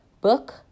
book